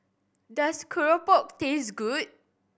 does Keropok taste good